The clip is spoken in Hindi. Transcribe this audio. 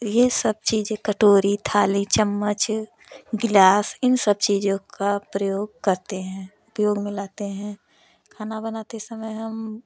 ये सब चीजें कटोरी थाली चम्मच गिलास इन सब चीजों का प्रयोग करते हैं उपयोग में लाते हैं खाना बनाते समय हम